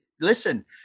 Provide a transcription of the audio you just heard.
Listen